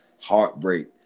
heartbreak